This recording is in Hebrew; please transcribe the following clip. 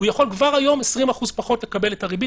הוא יכול כבר היום לקבל את הריבית ב- 20% פחות,